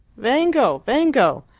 vengo! vengo!